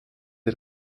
der